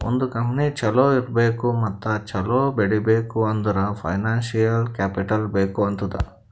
ಒಂದ್ ಕಂಪನಿ ಛಲೋ ಇರ್ಬೇಕ್ ಮತ್ತ ಛಲೋ ಬೆಳೀಬೇಕ್ ಅಂದುರ್ ಫೈನಾನ್ಸಿಯಲ್ ಕ್ಯಾಪಿಟಲ್ ಬೇಕ್ ಆತ್ತುದ್